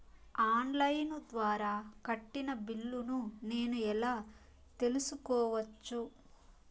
On line ద్వారా కట్టిన బిల్లును నేను ఎలా తెలుసుకోవచ్చు?